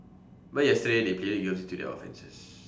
but yesterday they pleaded guilty to their offences